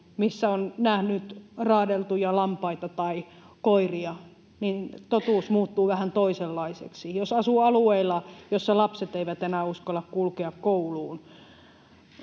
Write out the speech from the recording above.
missä on nähnyt raadeltuja lampaita tai koiria, niin totuus muuttuu vähän toisenlaiseksi. Jos asuu alueilla, joissa lapset eivät enää uskalla kulkea kouluun,